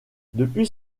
depuis